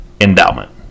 endowment